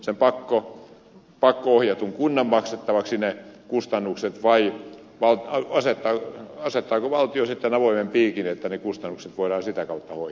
jäävätkö kustannukset pakko ohjatun kunnan maksettavaksi vai asettaako valtio avoimen piikin että ne kustannukset voidaan sitä kautta hoitaa